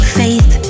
faith